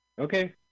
Okay